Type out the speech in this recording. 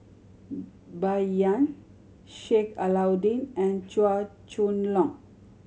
Bai Yan Sheik Alau'ddin and Chua Chong Long